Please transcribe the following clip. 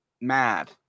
mad